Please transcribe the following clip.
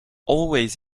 always